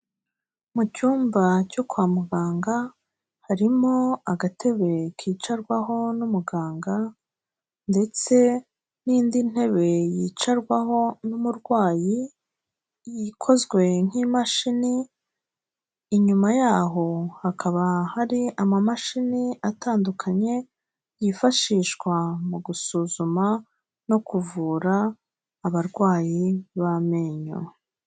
Mu cyumba cyo kwa muganga, harimo agatebe kicarwaho n'umuganga, ndetse n'indi ntebe yicarwaho n'umurwayi, ikozwe nk'imashini, inyuma yaho hakaba hari amamashini atandukanye, yifashishwa mu gusuzuma no kuvura, abarwayi b'amenyo.